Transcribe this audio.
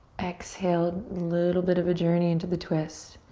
exhale, little bit of a journey into the twist.